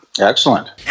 Excellent